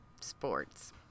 sports